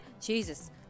Jesus